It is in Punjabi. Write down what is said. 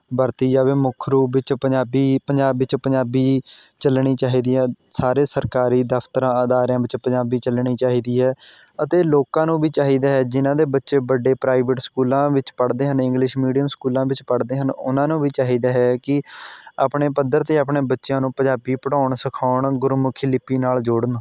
ਵਰਤੀ ਜਾਵੇ ਮੁੱਖ ਰੂਪ ਵਿੱਚ ਪੰਜਾਬੀ ਪੰਜਾਬ ਵਿੱਚ ਪੰਜਾਬੀ ਚੱਲਣੀ ਚਾਹੀਦੀ ਹੈ ਸਾਰੇ ਸਰਕਾਰੀ ਦਫਤਰਾਂ ਅਦਾਰਿਆਂ ਵਿੱਚ ਪੰਜਾਬੀ ਚੱਲਣੀ ਚਾਹੀਦੀ ਹੈ ਅਤੇ ਲੋਕਾਂ ਨੂੰ ਵੀ ਚਾਹੀਦਾ ਹੈ ਜਿਨਾਂ ਦੇ ਬੱਚੇ ਵੱਡੇ ਪ੍ਰਾਈਵੇਟ ਸਕੂਲਾਂ ਵਿੱਚ ਪੜ੍ਹਦੇ ਹਨ ਇੰਗਲਿਸ਼ ਮੀਡੀਅਮ ਸਕੂਲਾਂ ਵਿੱਚ ਪੜ੍ਹਦੇ ਹਨ ਉਹਨਾਂ ਨੂੰ ਵੀ ਚਾਹੀਦਾ ਹੈ ਕੀ ਆਪਣੇ ਪੱਧਰ 'ਤੇ ਆਪਣੇ ਬੱਚਿਆਂ ਨੂੰ ਪੰਜਾਬੀ ਪੜਾਉਣ ਸਿਖਾਉਣ ਗੁਰਮੁਖੀ ਲਿਪੀ ਨਾਲ ਜੋੜਨ